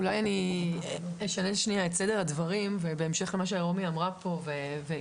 אולי אני אשנה שניה את סדר הדברים ובהמשך למה שרומי אמרה פה וענבל,